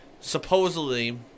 supposedly